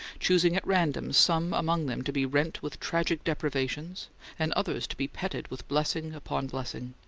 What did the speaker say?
choosing at random some among them to be rent with tragic deprivations and others to be petted with blessing upon blessing.